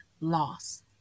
loss